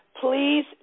Please